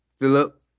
Philip